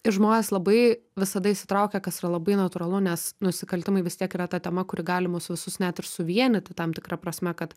ir žmonės labai visada įsitraukia kas yra labai natūralu nes nusikaltimai vis tiek yra ta tema kuri gali mus visus net ir suvienyti tam tikra prasme kad